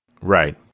Right